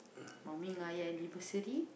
mummy nine anniversary